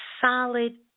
solid